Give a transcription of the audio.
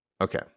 Okay